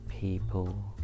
people